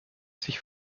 sich